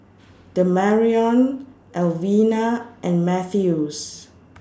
Demarion Alvena and Mathews